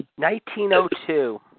1902